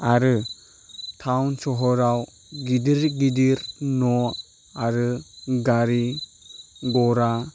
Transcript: आरो थाउन सहराव गिदिर गिदिर न' आरो गारि घरा